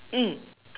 mm